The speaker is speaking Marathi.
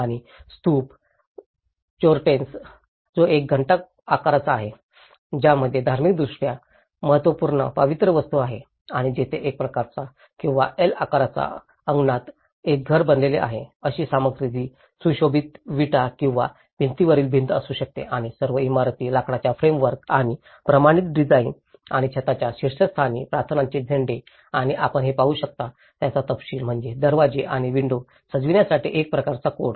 आणि स्तूप चोर्टेन्स जो एक घंटा आकाराचा आहे ज्यामध्ये धार्मिकदृष्ट्या महत्त्वपूर्ण पवित्र वस्तू आहेत आणि तेथे मी आकारात किंवा एल आकाराच्या अंगणात एक घर बनलेले आहे अशी सामग्री जी सुशोभित विटा किंवा भिंतीवरील भिंती असू शकते आणि सर्व इमारती लाकडाच्या फ्रेमवर्क आणि प्रमाणित डिझाईन आणि छतांच्या शीर्षस्थानी प्रार्थनाचे झेंडे आणि आपण जे पाहू शकता त्याचा तपशील म्हणजे दरवाजे आणि विन्डो सजवण्यासाठी एक प्रकारचा कोड